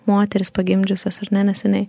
moteris pagimdžiusias ar ne neseniai